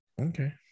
Okay